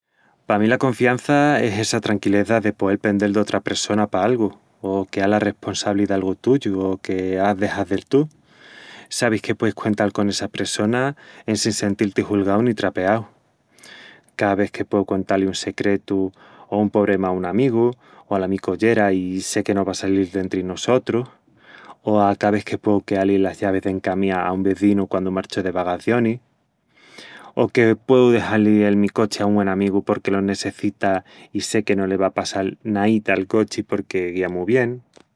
Pa mí la confiança es essa tranquileza de poel pendel d'otra pressona pa algu o queá-la responsabli d'algu tuyu o que ás de hazel tu. Sabis que pueis cuental con essa pressona en sin sentil-ti julgau ni trapeau. Ca ves que pueu cuentá-li un secretu o un pobrema a un amigu o ala mi collera i sé que no va a salil d'entri nusotrus, o a ca ves que pueu queá-li las llavis d'encá mía a un vezinu quandu marchu de vagacionis, o que pueu dexá-li el mi cochi a un güen amigu porque lo nessecita i sé que no le va a passal naíta al cochi porque guía mu bien...